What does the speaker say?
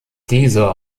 dieser